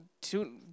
two